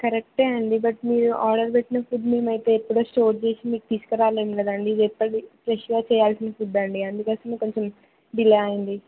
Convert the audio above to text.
కరెక్టే అండి బట్ మీరు ఆర్డర్ పెట్టిన ఫుడ్ మేమైతే ఎప్పుడో స్టోర్ చేసి మీకు తీసుకు రాలేం కదండి ఇది ఎప్పటికి ఫ్రెష్గా చేయాల్సిన ఫుడ్ అండి అందుకోసమే కొంచెం డిలే అయింది